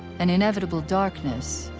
an inevitable darkness,